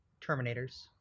Terminators